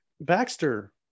Baxter